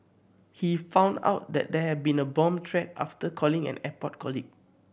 he found out that there had been a bomb threat after calling an airport colleague